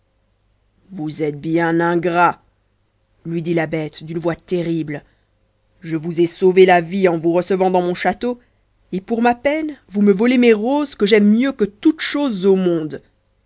vous êtes bien ingrat lui dit la bête d'une voix terrible je vous ai sauvé la vie en vous recevant dans mon château et pour ma peine vous me volez mes roses que j'aime mieux que toutes choses au monde